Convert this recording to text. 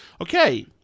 Okay